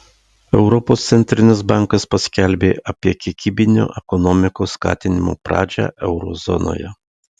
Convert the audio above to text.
europos centrinis bankas paskelbė apie kiekybinio ekonomikos skatinimo pradžią euro zonoje